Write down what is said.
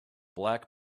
black